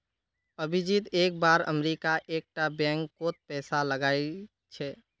अभिजीत एक बार अमरीका एक टा बैंक कोत पैसा लगाइल छे